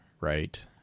right